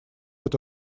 это